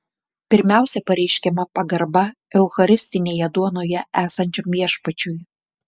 pirmiausia pareiškiama pagarba eucharistinėje duonoje esančiam viešpačiui